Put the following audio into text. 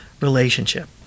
relationship